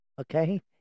okay